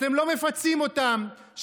אתם לא מפצים אותם.